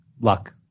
Luck